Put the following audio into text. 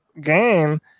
game